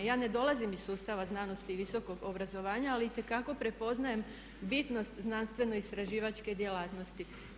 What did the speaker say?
Ja ne dolazim iz sustava znanosti i visokog obrazovanja ali itekako prepoznajem bitnost znanstveno-istraživačke djelatnosti.